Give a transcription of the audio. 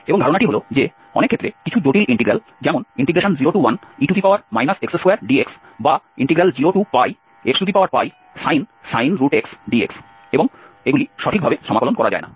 এবং ধারণাটি হল যে অনেক ক্ষেত্রে কিছু জটিল ইন্টিগ্রাল যেমন 01e x2dx বা 0xsin dx এবং সঠিকভাবে সমাকলন করা যায় না